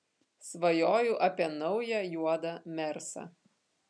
svajoju apie naują juodą mersą